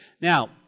Now